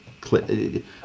clip